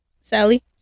Sally